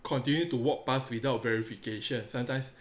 continue to walk past without verification sometimes